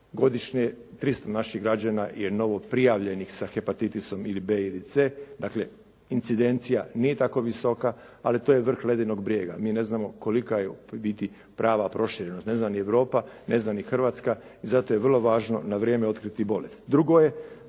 godišnje 300 naših građana je novo prijavljenih sa hepatitisom ili B ili C. Dakle, incidencija nije tako visoka, ali to je vrh ledenog brijega. Mi ne znamo kolika je u biti prava proširenost. Ne zna ni Europa, ne zna ni Hrvatska i zato je vrlo važno na vrijeme otkriti bolest.